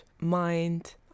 mind